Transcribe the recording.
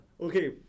Okay